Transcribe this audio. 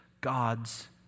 God's